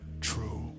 true